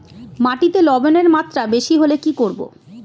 মাটিতে লবণের মাত্রা বেশি হলে কি করব?